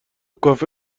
کافه